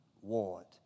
want